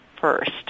first